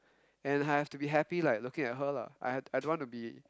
and I have to be happy like looking at her lah I I don't want to be